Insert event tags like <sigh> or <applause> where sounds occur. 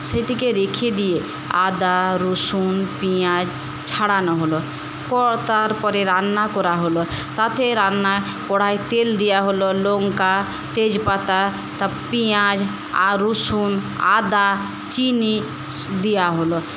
সেটিকে রেখে দিয়ে আদা রসুন পিঁয়াজ ছাড়ানো হল <unintelligible> তার পরে রান্না করা হল তাতে রান্নায় কড়াইয়ে তেল দেওয়া হল লঙ্কা তেজপাতা পেঁয়াজ রসুন আদা চিনি দেওয়া হল